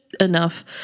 enough